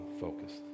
focused